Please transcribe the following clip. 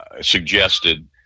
suggested